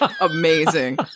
amazing